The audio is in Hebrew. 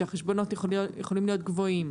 שהחשבונות יכולים להיות גבוהים,